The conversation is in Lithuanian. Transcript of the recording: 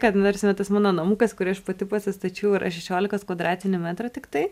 kad nu ta prasme tas mano namukas kurį aš pati pasistačiau yra šešiolikos kvadratinių metrų tiktai